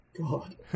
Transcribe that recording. God